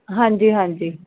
ਹਾਂਜੀ ਹਾਂਜੀ